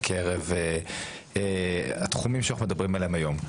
בקרב התחומים שאנו מדברים עליהם היום.